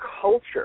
culture